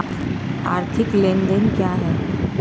आर्थिक लेनदेन क्या है?